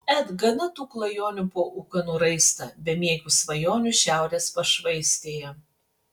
et gana tų klajonių po ūkanų raistą bemiegių svajonių šiaurės pašvaistėje